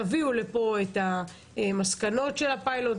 תביאו לפה את מסקנות הפיילוט.